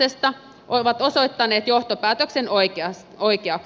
iista ovat osoittaneet johtopäätöksen oikeaksi